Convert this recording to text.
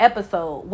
Episode